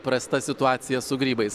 prasta situacija su grybais